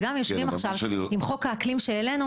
וגם יושבים עכשיו עם חוק האקלים שהעלנו,